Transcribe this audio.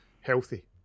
healthy